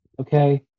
okay